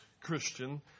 Christian